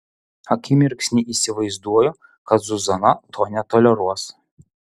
akimirksnį įsivaizduoju kad zuzana to netoleruos